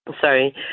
sorry